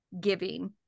giving